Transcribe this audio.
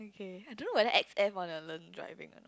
okay I don't know whether X_F want to learn driving or